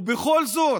ובכל זאת,